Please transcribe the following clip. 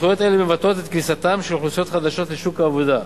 התפתחויות אלה מבטאות את כניסתן של אוכלוסיות חדשות לשוק העבודה.